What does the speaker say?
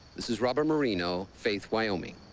this is robert marino, faith, wyoming.